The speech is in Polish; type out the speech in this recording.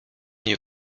nie